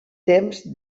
temps